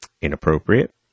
inappropriate